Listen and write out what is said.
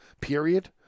period